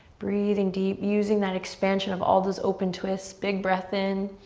breathing deep, using that expansion of all this open twist. big breath in